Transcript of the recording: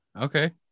Okay